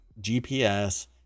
GPS